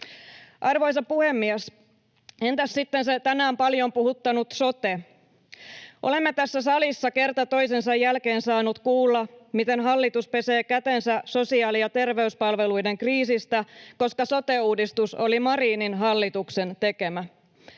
Arvoisa puhemies! Entäs sitten se tänään paljon puhuttanut sote? Olemme tässä salissa kerta toisensa jälkeen saaneet kuulla, miten hallitus pesee kätensä sosiaali‑ ja terveyspalveluiden kriisistä, koska sote-uudistus oli Marinin hallituksen tekemä.